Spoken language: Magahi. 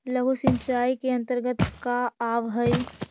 लघु सिंचाई के अंतर्गत का आव हइ?